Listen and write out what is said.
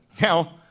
Now